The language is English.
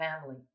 family